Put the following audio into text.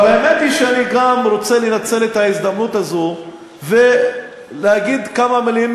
אבל האמת היא שאני גם רוצה לנצל את ההזדמנות הזו ולהגיד כמה מילים,